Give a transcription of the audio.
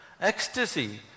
Ecstasy